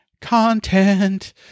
content